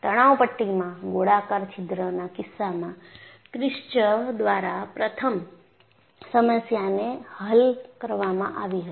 તણાવ પટ્ટીમાં ગોળાકાર છિદ્રના કિસ્સામાં કિર્શચ દ્વારા પ્રથમ સમસ્યા ને હલ કરવામાં આવી હતી